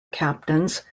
captains